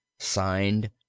Signed